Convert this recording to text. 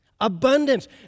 Abundance